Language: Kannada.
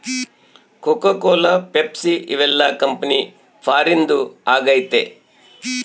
ಕೋಕೋ ಕೋಲ ಪೆಪ್ಸಿ ಇವೆಲ್ಲ ಕಂಪನಿ ಫಾರಿನ್ದು ಆಗೈತೆ